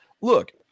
look